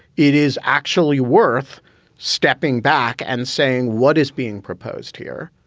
it is actually worth stepping back and saying what is being proposed here.